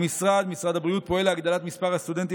משרד הבריאות פועל להגדלת מספר הסטודנטים